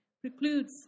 precludes